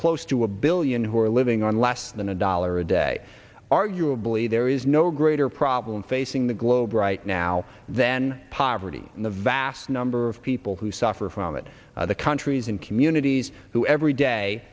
close to a billion who are living on less than a dollar a day arguably there is no greater problem facing the globe right now than poverty in the vast number of people who suffer from it the countries and communities who every day